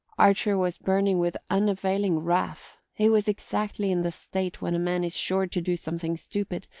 archer was burning with unavailing wrath he was exactly in the state when a man is sure to do something stupid,